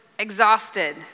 exhausted